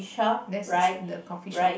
that's the coffee shop